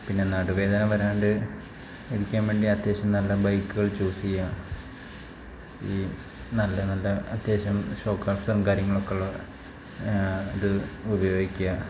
പിന്നെ നടുവേദന വരാതെ ഇരിക്കാൻ വേണ്ടി അത്യാവശ്യം നല്ല ബൈക്കുകൾ ചൂസ് ചെയ്യുക ഈ നല്ല നല്ല അത്യാവശ്യം ഷോക്കപ്സാറും കാര്യങ്ങളൊക്കെയുള്ള ഇത് ഉപയോഗിക്കുക